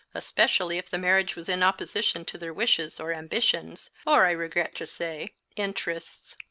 especially if the marriage was in opposition to their wishes, or ambitions, or, i regret to say, interests.